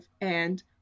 and-